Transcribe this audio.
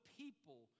people